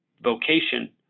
vocation